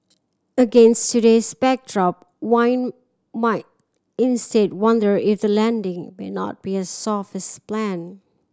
against today's backdrop one might instead wonder if the landing may not be as soft as planned